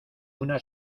una